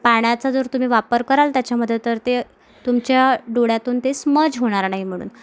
पाण्याचा जर तुम्ही वापर कराल त्याच्यामध्ये तर ते तुमच्या डोळ्यातून ते स्मज होणार नाही म्हणून